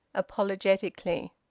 apologetically.